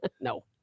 No